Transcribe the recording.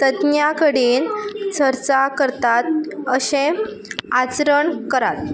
तज्ञा कडेन चर्चा करतात अशें आचरण करात